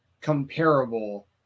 comparable